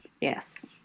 Yes